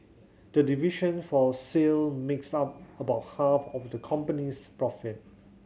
the division for sale makes up about half of the company's profit